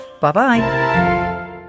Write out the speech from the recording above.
Bye-bye